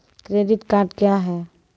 Credit card क्या हैं?